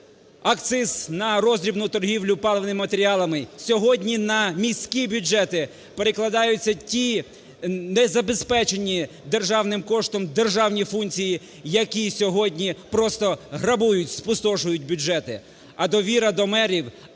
акциз на роздрібну торгівлю паливними матеріалами. Сьогодні на міські бюджети перекладаються ті незабезпечені державним коштом державні функції, які сьогодні просто грабують, спустошують бюджети. А довіра до мерів,